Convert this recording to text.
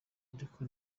ariko